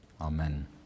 Amen